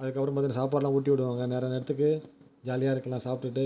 அதுக்கப்புறம் பார்த்திங்கன்னா சாப்பாடுலாம் ஊட்டி விடுவாங்க நேர நேரத்துக்கு ஜாலியாக இருக்கலாம் சாப்பிட்டுட்டு